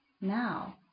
now